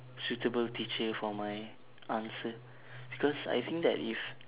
suitable teacher for my answer because I think that if